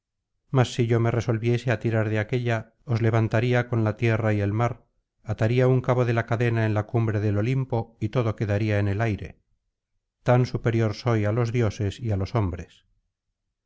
si yo me resolviese á tirar de aquélla os levantaría con la tierra y el mar ataría un cabo de la cadena en la cumbre del olimpo y todo quedaría en el aire tan superior soya los dioses y á los hombres